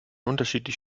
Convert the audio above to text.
unterschiedlich